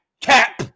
cap